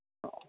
অঁ অঁ